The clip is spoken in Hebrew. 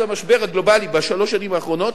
המשבר הגלובלי בשלוש השנים האחרונות,